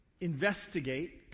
investigate